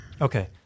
Okay